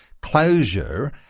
closure